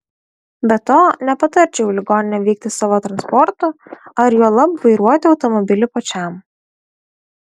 be to nepatarčiau į ligoninę vykti savo transportu ar juolab vairuoti automobilį pačiam